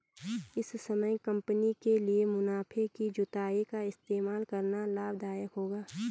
इस समय कंपनी के लिए मुनाफे की जुताई का इस्तेमाल करना लाभ दायक होगा